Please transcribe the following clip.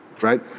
right